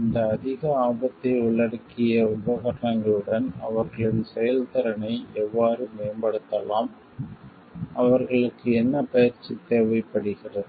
இந்த அதிக ஆபத்தை உள்ளடக்கிய உபகரணங்களுடன் அவர்களின் செயல்திறனை எவ்வாறு மேம்படுத்தலாம் அவர்களுக்கு என்ன பயிற்சி தேவைப்படுகிறது